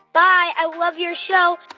bye. i love your show